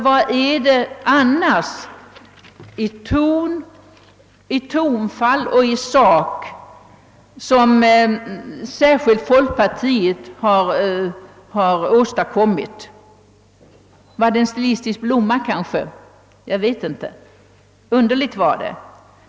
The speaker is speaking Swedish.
Vad är det annars i tonfall och i sak som särskilt folkpartiet har åstadkommit, eller var det kanhända bara en stilistisk blomma?